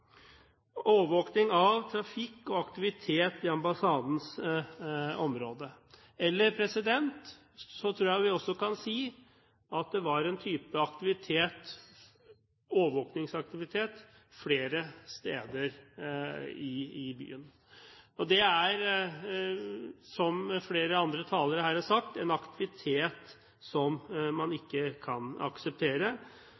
område. Ellers tror jeg også vi kan si at det var en type overvåkningsaktivitet flere steder i byen. Det er som flere andre talere her har sagt, en aktivitet som man